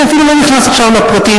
אני אפילו לא נכנס עכשיו לפרטים,